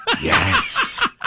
Yes